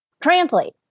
translate